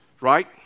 Right